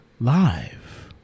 live